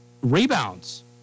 rebounds